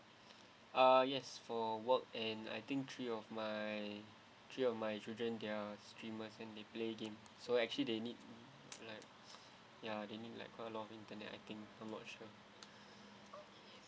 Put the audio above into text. uh yes for work and I think three of my three of my children they are streamers and they play game so actually they need like ya they need like quite a lot of internet I think I'm not sure